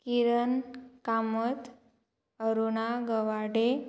Kiran Kamat Aruna Gawade